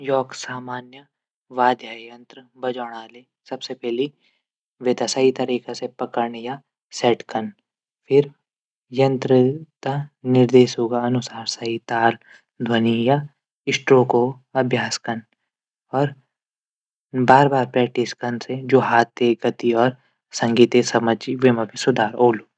योक सामान्य वाद्य यंत्र बजाणो ले वे ते सही तरीका से पकण या सैट कन फिर यंत्र तै निर्देश अनुसार सही ताल ध्वनि या स्ट्रोक क इस्तेमाल कन। और बार बार प्रैक्टिस कन से जू हाथ गति और संगीत समझ मा सुधार ओलू